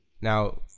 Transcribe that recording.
Now